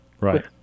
Right